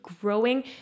growing